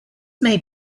may